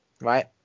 right